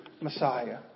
Messiah